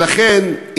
ולכן,